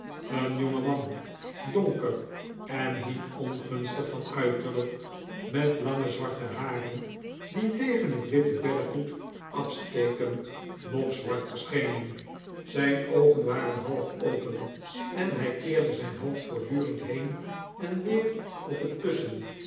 een jongeman donker en niet ongunstig van uiterlijk met lange zwarte haren die tegen het witte beddegoed afstekend nog zwarter schenen zijn oogen waren half open en hij keerde zijn hoofd voortdurend heen en weeop het kussen